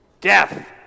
death